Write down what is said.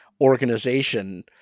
organization